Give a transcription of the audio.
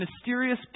mysterious